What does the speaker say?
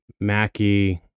Mackie